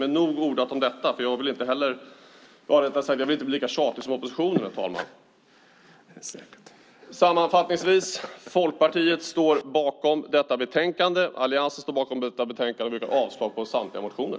Men nog ordat om detta, för jag vill inte bli lika tjatig som oppositionen. Sammanfattningsvis: Folkpartiet och den övriga alliansen står bakom detta betänkande. Jag yrkar avslag på samtliga motioner.